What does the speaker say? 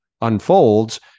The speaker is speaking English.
unfolds